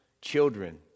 children